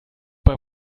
bei